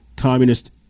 communist